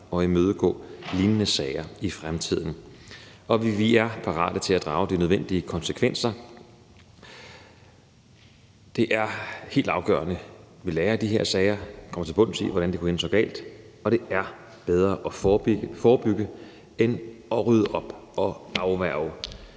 og imødegå lignende sager i fremtiden. Og vi er parate til at drage de nødvendige konsekvenser. Det er helt afgørende, at vi lærer af de her sager og kommer til bunds i, hvordan det kunne ende så galt, og det er bedre at forebygge end at rydde op og afværge